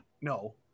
no